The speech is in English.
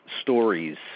stories